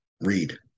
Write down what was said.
read